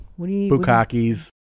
Bukakis